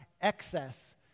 excess